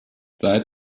seit